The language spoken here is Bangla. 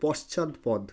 পশ্চাদপদ